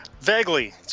Vaguely